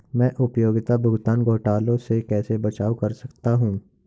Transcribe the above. मैं उपयोगिता भुगतान घोटालों से कैसे बचाव कर सकता हूँ?